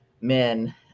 men